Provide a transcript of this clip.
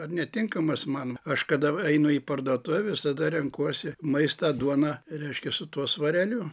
ar netinkamas man aš kada einu į parduotuvę visada renkuosi maistą duoną reiškia su tuo svareliu